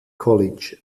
college